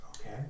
Okay